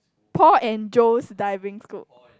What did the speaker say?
Paul and Joe's Diving School